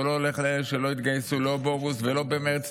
הוא לא הולך לאלה שלא יתגייסו לא באוגוסט ולא במרץ,